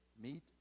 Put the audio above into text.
meet